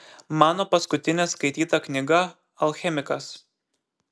mano paskutinė skaityta knyga alchemikas